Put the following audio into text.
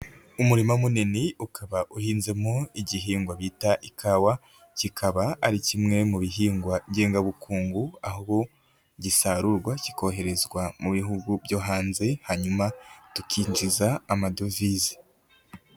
Umurima munini, ukaba uhinzemo igihingwa bita ikawa, kikaba ari kimwe mu bihingwa ngengabukungu, aho gisarurwa kikoherezwa mu bihugu byo hanze, hanyuma tukinjiza amadovize.